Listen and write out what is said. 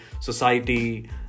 society